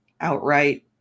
outright